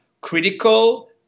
critical